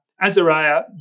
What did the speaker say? Azariah